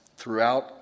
throughout